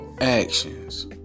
actions